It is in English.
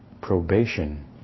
probation